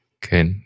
Good